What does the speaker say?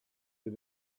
you